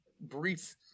brief